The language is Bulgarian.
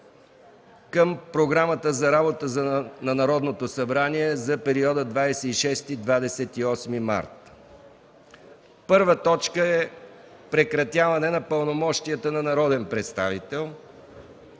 към Програмата за работа на Народното събрание за периода 26-28 март 2014 г.: 1. Прекратяване на пълномощията на народен представител.